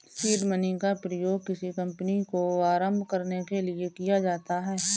seed money का प्रयोग किसी कंपनी को आरंभ करने के लिए किया जाता है